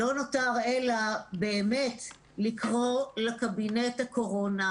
לא נותר אלא באמת לקרוא לקבינט הקורונה